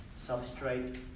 substrate